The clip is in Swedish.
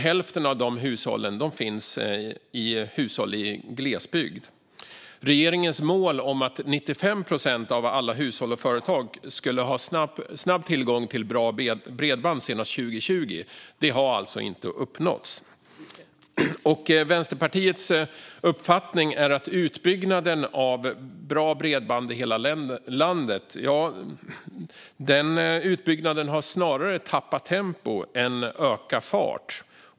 Hälften av de hushållen finns i glesbygd. Regeringens mål att 95 procent av alla hushåll och företag skulle ha tillgång till snabbt och bra bredband senast 2020 har alltså inte uppnåtts. Vänsterpartiets uppfattning är att utbyggnaden av bra bredband i hela landet snarare har tappat tempo än ökat i fart.